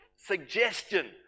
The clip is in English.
Suggestion